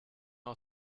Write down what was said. all